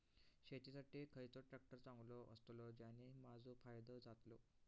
शेती साठी खयचो ट्रॅक्टर चांगलो अस्तलो ज्याने माजो फायदो जातलो?